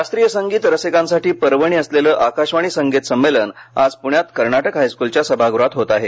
शास्त्रीय संगीत रसिकांसाठी पर्वणी असलेलं आकाशवाणी संगीत संमेलन आज प्ण्यात कर्नाटक हायस्कूलच्या सभागृहात होत आहे